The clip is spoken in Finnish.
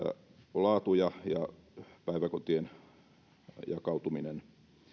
laatu ja päiväkotien jakautuminen